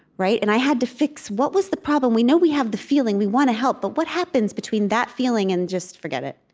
and i had to fix what was the problem? we know we have the feeling we want to help. but what happens between that feeling and just forget it?